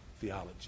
theology